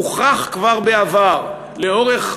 הוכח כבר בעבר לאורך